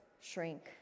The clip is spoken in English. shrink